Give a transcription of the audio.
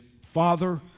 Father